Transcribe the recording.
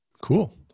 Cool